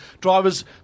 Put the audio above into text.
drivers